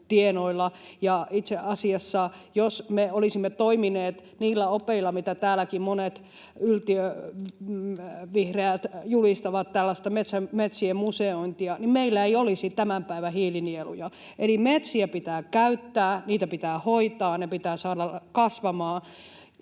Itse asiassa, jos me olisimme toimineet niillä opeilla, mitä täälläkin monet yltiövihreät julistavat, tällaista metsien museointia, niin meillä ei olisi tämän päivän hiilinieluja. Eli metsiä pitää käyttää, niitä pitää hoitaa, ne pitää saada kasvamaan,